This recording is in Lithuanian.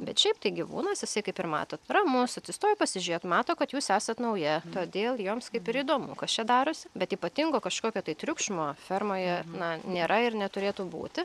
bet šiaip tai gyvūnas jisai kaip ir matot ramus atsistoja pasižiūrėt mato kad jus esat nauja todėl joms kaip ir įdomu kas čia darosi bet ypatingo kažkokio tai triukšmo fermoje na nėra ir neturėtų būti